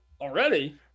already